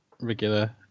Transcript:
regular